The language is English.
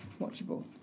watchable